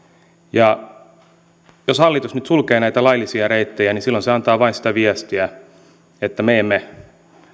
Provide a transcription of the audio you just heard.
jos hallitus nyt sulkee näitä laillisia reittejä niin silloin se antaa vain sitä viestiä että me emme